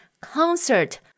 concert